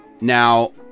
now